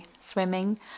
swimming